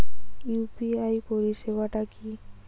UPI পরিসেবাটা কি?